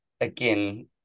again